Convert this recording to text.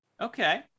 okay